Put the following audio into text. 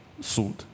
sued